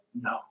No